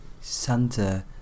Santa